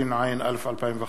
התשע"א 2011,